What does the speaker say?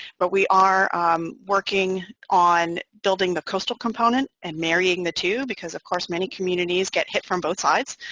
but we are working on building the coastal component and marrying the two because of course many communities get hit from both sides